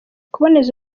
kuboneza